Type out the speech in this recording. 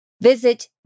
Visit